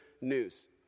news